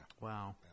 Wow